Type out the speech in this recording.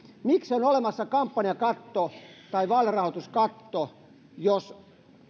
miksi on olemassa kampanjakatto tai vaalirahoituskatto jos